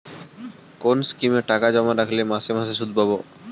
কোন স্কিমে টাকা জমা রাখলে মাসে মাসে সুদ পাব?